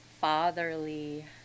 fatherly